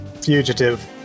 fugitive